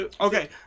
Okay